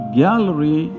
gallery